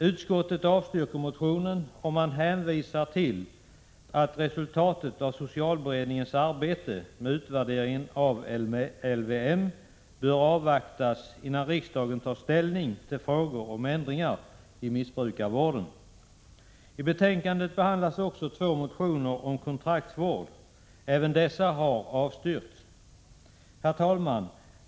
Utskottet avstyrker motionen och hänvisar till att resultatet av socialberedningens arbete med utvärderingen av LVM bör avvaktas innan riksdagen tar ställning till frågor om ändringar i missbrukarvården. I betänkandet behandlas också två motioner om kontraktsvård. Även dessa har avstyrkts. Herr talman!